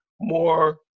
more